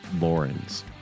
Lawrence